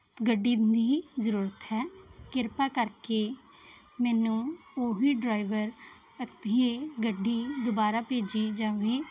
ਗੱਡੀ ਦੀ ਜ਼ਰੂਰਤ ਹੈ ਕਿਰਪਾ ਕਰਕੇ ਮੈਨੂੰ ਉਹੀ ਡਰਾਈਵਰ ਅਤੇ ਗੱਡੀ ਦੁਬਾਰਾ ਭੇਜੀ ਜਾਵੇ